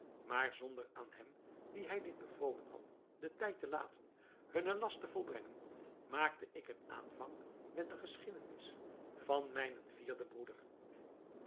maar zonder aan hen dien hij dit bevolen had den tijd te laten hunnen last te volbrengen maakte ik een aanvang met de geschiedenis van mijnen vierden broeder